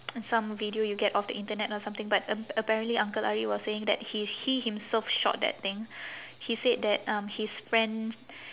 some video you get off the internet or something but ap~ apparently uncle ari was saying that he he himself shot that thing he said that um his friend